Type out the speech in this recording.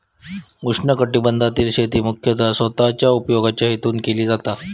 उष्णकटिबंधातील शेती मुख्यतः स्वतःच्या उपयोगाच्या हेतून केली जाता